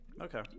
okay